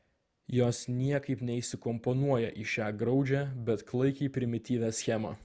jos niekaip neįsikomponuoja į šią graudžią bet klaikiai primityvią schemą